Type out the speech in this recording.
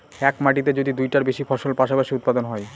এক মাটিতে যদি দুইটার বেশি ফসল পাশাপাশি উৎপাদন হয়